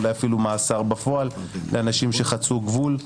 אולי אפילו מאסר בפועל לאנשים שחצו גבול.